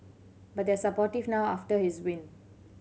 but they are supportive now after his win